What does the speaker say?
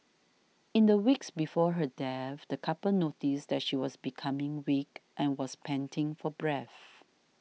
in the weeks before her death the couple noticed that she was becoming weak and was panting for breath